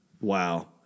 Wow